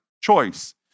choice